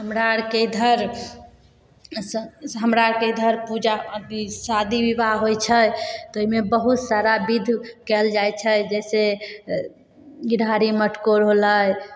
हमरा आरके इधर हमरा आरके इधर पूजा अथी शादी विवाह होइ छै ताहिमे बहुत सारा विध कायल जाइ छै जैसे घिढारी मटकोर होलै